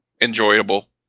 enjoyable